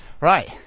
Right